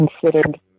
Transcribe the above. considered